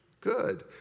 good